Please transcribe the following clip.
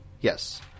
Yes